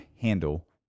handle